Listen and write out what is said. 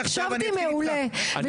אנחנו רואים שמדיניות שר זה דבר יחסית חריג